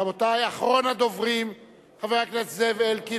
רבותי, אחרון הדוברים, חבר הכנסת זאב אלקין.